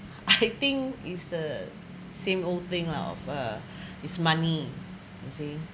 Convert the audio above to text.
I think is the same old thing lah of uh is money